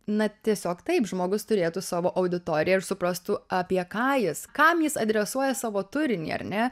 na tiesiog taip žmogus turėtų savo auditoriją ir suprastų apie ką jis kam jis adresuoja savo turinį ar ne